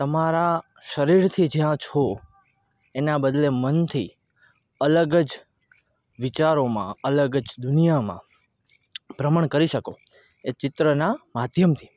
તમારા શરીરથી જ્યાં છો એના બદલે મનથી અલગ જ વિચારોમાં અલગ જ દુનિયામાં ભ્રમણ કરી શકો એ ચિત્રનાં માધ્યમથી